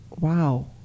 Wow